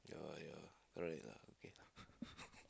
yeah yeah correct lah okay lah